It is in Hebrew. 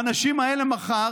האנשים האלה, מחר